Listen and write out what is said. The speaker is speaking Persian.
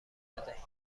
ندهیم